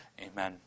Amen